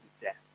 death